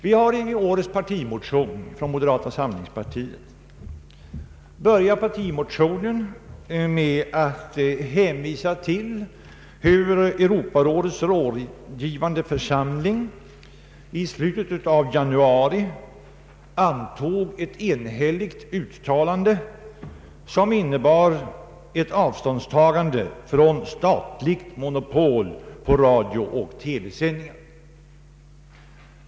Vi har inlett årets partimotion från moderata samlingspartiet med att hänvisa till hur Europarådets rådgivande församling i slutet av januari antog ett enhälligt uttalande, som innebar ett avståndstagande från statligt monopol på radiooch TV-sändningar.